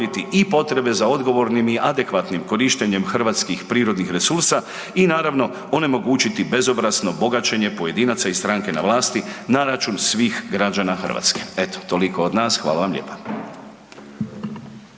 i potrebe za odgovornim i adekvatnim korištenjem hrvatskih prirodnih resursa i naravno onemogućiti bezobrazno bogaćenje pojedinaca i stranke na vlasti na račun svih građana Hrvatske. Eto, toliko od nas, hvala vam lijepa.